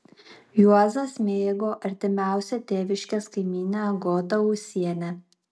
juozas mėgo artimiausią tėviškės kaimynę agotą ūsienę